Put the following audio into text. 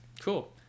cool